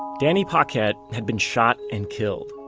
danny paquette had been shot and killed.